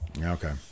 okay